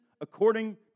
according